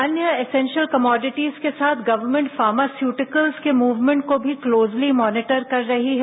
अन्य essential commodities के साथ गवर्मेट फार्मास्यूटिकल्स के मूवमेट को भी क्लोजली मॉनीटर कर रही है